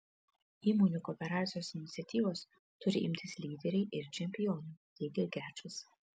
įmonių kooperacijos iniciatyvos turi imtis lyderiai ir čempionai teigia gečas